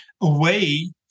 away